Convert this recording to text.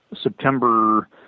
September